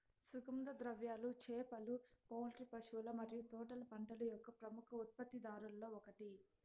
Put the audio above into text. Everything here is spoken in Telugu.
సుగంధ ద్రవ్యాలు, చేపలు, పౌల్ట్రీ, పశువుల మరియు తోటల పంటల యొక్క ప్రముఖ ఉత్పత్తిదారులలో ఒకటి